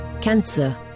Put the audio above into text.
Cancer